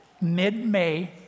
mid-May